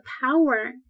power